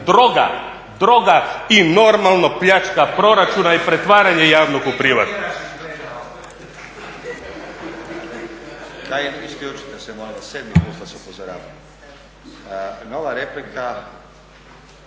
nepotizam, droga i normalno pljačka proračuna i pretvaranje javnog u privatno.